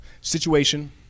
Situation